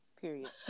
Period